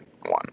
one